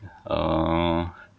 oh